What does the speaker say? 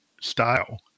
style